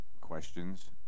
questions